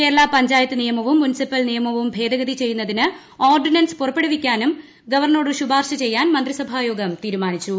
കേരള പഞ്ചായത്ത് നിയമവും നിയമവും ഭേദഗതി ചെയ്യുന്നതിന് ഓർഡിനൻസ് മുനിസിപ്പൽ പുറപ്പെടുവിക്കാൻ ഗവർണറോട് ശുപാർശ ചെയ്യാൻ മന്ത്രിസഭാ യോഗം തീരുമാനിച്ചു